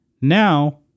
Now